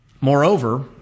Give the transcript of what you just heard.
Moreover